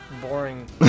boring